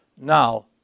now